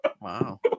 Wow